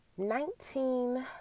Nineteen